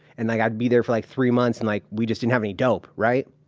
and like i'd be there for like three months and like we just didn't have any dope, right,